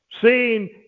seeing